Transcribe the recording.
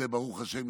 וברוך השם,